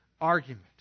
argument